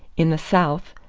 in the south,